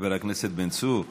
חבר הכנסת בן צור,